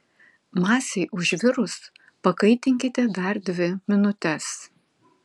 masei užvirus pakaitinkite dar dvi minutes